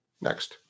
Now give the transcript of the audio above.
Next